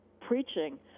preaching